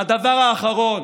והדבר האחרון